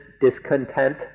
discontent